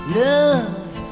love